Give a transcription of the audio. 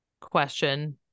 question